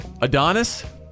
Adonis